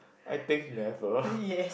I think never